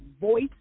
voice